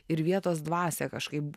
ir vietos dvasią kažkaip